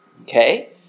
okay